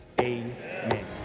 Amen